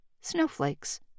snowflakes